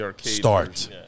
start